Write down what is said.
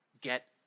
get